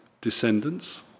descendants